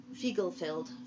Fiegelfeld